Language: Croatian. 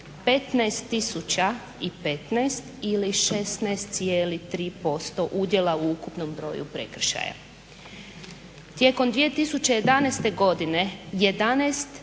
15015 ili 16,3% udjela u ukupnom broju prekršaja. Tijekom 2011. godine 11